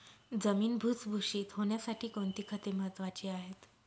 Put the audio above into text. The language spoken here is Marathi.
जमीन भुसभुशीत होण्यासाठी कोणती खते महत्वाची आहेत?